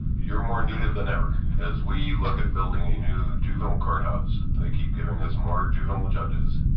you're more needed than ever. as we look at building a new juvenile courthouse, they keep giving us more juvenile judges,